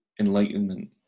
enlightenment